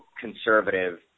conservative